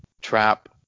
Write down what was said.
Trap